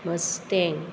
mustang